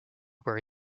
were